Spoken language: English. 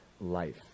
life